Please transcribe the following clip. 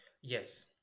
Yes